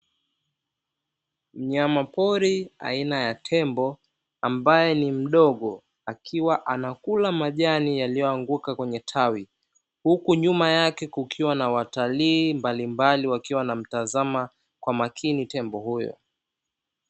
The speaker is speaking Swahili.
Mnyama pori aina ya tembo, ambaye ni mdogo, akiwa anakula majani yaliyoanguka kwenye tawi, huku nyuma yake kukiwa na watalii mbalimbali, wakiwa wanamtazama kwa makini tembo huyo.